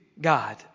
God